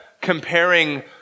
comparing